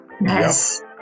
Yes